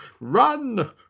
Run